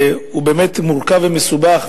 הוא באמת מורכב ומסובך.